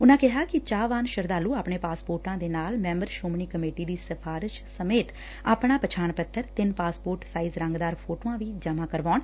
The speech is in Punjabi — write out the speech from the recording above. ਉਨਾਂ ਕਿਹਾ ਕਿ ਚਾਹਵਾਨ ਸ਼ਰਧਾਲੁ ਆਪਣੇ ਪਾਸਪੋਰਟਾਂ ਦੇ ਨਾਲ ਮੈਂਬਰ ਸ਼ੋਮਣੀ ਕਮੇਟੀ ਦੀ ਸਿਫਾਰਸ਼ ਸਮੇਤ ਆਪਣਾ ਪਛਾਣ ਪੱਤਰ ਤਿੰਨ ਪਾਸਪੋਰਟ ਸਾਈਜ਼ ਰੰਗਦਾਰ ਫੋਟੋਆਂ ਵੀ ਜਮ੍ਜਾਂ ਕਰਵਾਉਣ